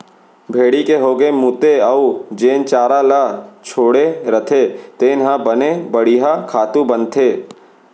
भेड़ी के हागे मूते अउ जेन चारा ल छोड़े रथें तेन ह बने बड़िहा खातू बनथे